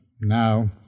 Now